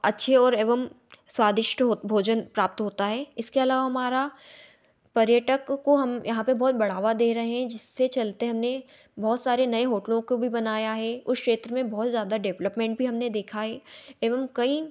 अच्छे और एवम स्वादिष्ट भोजन प्राप्त होता है इसके अलावा हमारा पर्यटक को हम यहाँ पर बहुत बढ़ावा दे रहे हैं जिससे चलते हमने बहुत सारे नए होटलों को भी बनाया है उस क्षेत्र में बहुत ज़्यादा डेवलपमेंट भी हमने दिखाई एवम कई